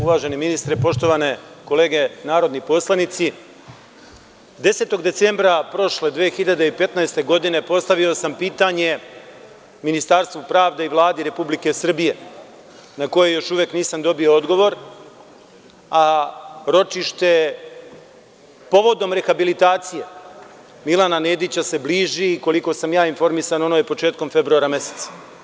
Uvaženi ministre, poštovane kolege narodni poslanici, 10. decembra prošle 2015. godine, postavio sam pitanje Ministarstvu pravde i Vladi Republike Srbije na koje još uvek nisam dobio odgovor, a ročište povodom rehabilitacije Milana Nedića se bliži, koliko sam ja informisan, ono je početkom februara meseca.